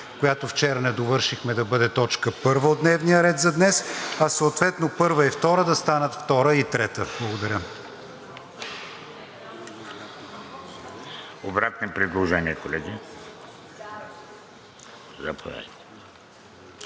която вчера не довършихме, да бъде точка първа от дневния ред за днес, а съответно първа и втора да станат втора и трета. Благодаря. ПРЕДСЕДАТЕЛ ВЕЖДИ